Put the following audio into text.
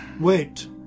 Wait